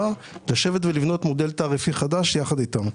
לשבת ולבנות מודל תעריפי חדש יחד איתם.